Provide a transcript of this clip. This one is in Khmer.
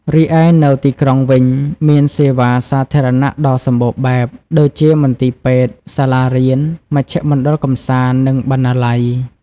រីឯនៅទីក្រុងវិញ មានសេវាសាធារណៈដ៏សម្បូរបែប ដូចជាមន្ទីរពេទ្យ សាលារៀន មជ្ឈមណ្ឌលកម្សាន្ត និងបណ្ណាល័យ។